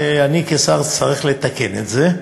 ואני כשר אצטרך לתקן את זה,